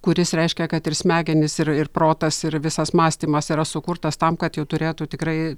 kuris reiškia kad ir smegenys ir ir protas ir visas mąstymas yra sukurtas tam kad jau turėtų tikrai